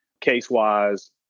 case-wise